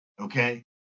Okay